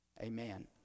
Amen